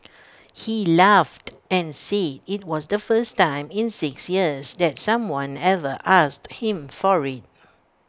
he laughed and said IT was the first time in six years that someone ever asked him for IT